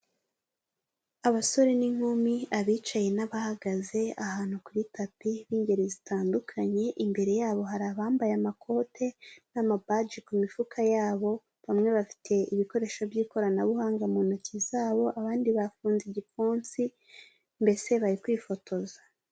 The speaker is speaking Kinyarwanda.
Abasore n'inkumi abicaye n'abahagaze ahantu kuri tapi b'ingeri zitandukanye, imbere yabo hari abambaye amakote n'amapaji ku mifuka yabo, bamwe bafite ibikoresho by'ikoranabuhanga mu ntoki zabo, abandi bafunze igipfunsi mbese bari kwifotoza.